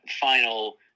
final